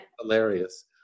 Hilarious